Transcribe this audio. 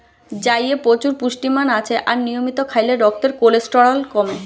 জইয়ে প্রচুর পুষ্টিমান আছে আর নিয়মিত খাইলে রক্তের কোলেস্টেরল কমে